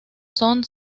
son